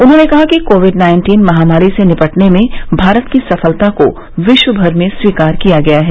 उन्होंने कहा कि कोविड नाइन्टीन महामारी से निपटने में भारत की सफलता को विश्व भर में स्वीकार किया गया है